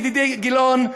ידידי גילאון,